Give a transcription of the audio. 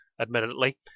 admittedly